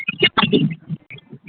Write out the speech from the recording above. ठीक